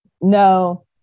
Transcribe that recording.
no